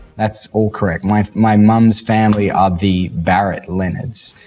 that's all correct. my my mum's family are the barrett-lennards.